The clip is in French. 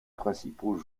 principaux